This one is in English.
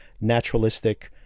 naturalistic